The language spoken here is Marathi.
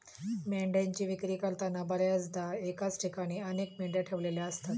मेंढ्यांची विक्री करताना बर्याचदा एकाच ठिकाणी अनेक मेंढ्या ठेवलेल्या असतात